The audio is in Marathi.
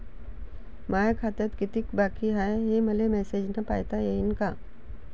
माया खात्यात कितीक बाकी हाय, हे मले मेसेजन पायता येईन का?